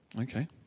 Okay